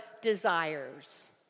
desires